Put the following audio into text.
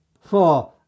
four